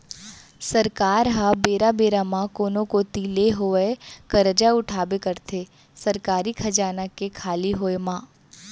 सरकार ह बेरा बेरा म कोनो कोती ले होवय करजा उठाबे करथे सरकारी खजाना के खाली होय म